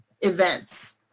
events